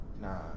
nah